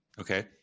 okay